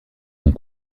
long